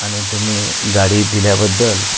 आणि तुम्ही गाडी दिल्याबद्दल